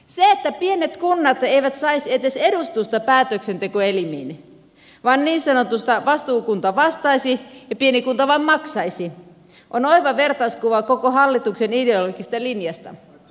se että pienet kunnat eivät saisi edes edustusta päätöksentekoelimiin vaan niin sanotusti vastuukunta vastaisi ja pieni kunta vain maksaisi on oiva vertauskuva koko hallituksen ideologisesta linjasta